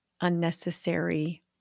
unnecessary